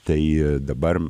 tai dabar